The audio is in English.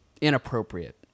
inappropriate